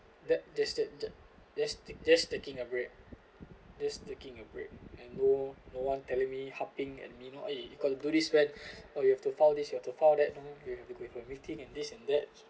that does it the just take just taking a break just taking a break and go no one telling me harping at and me know eh you got to do this when or you have to follow this you have to follow that you've been going meeting and this and that